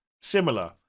similar